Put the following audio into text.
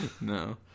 No